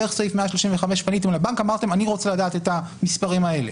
דרך סעיף 135 פניתם לבנק ואמרתם אני רוצה לדעת את המספרים האלה?